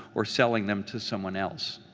or selling them to someone else.